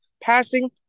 passing